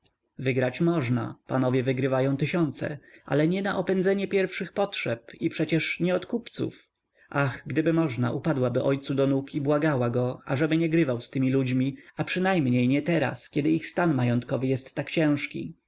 wygrać można panowie wygrywają tysiące ale nie na opędzenie pierwszych potrzeb i przecież nie od kupców ach gdyby można upadłaby ojcu do nóg i błagała go ażeby nie grywał z tymi ludźmi a przynajmniej nie teraz kiedy ich stan majątkowy jest tak ciężki